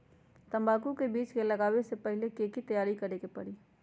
तंबाकू के बीज के लगाबे से पहिले के की तैयारी करे के परी?